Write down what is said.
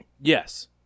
Yes